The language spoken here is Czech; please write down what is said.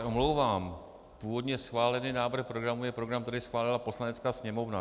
Omlouvám se, původně schválený návrh programu je program, který schválila Poslanecká sněmovna.